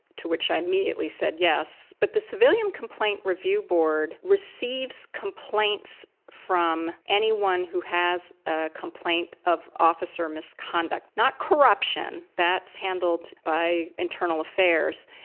to which i immediately said yes, but the civilian complaint review board receives complaints from anyone who has a complaint of officer misconduct, not corruption that's handled by internal affairs,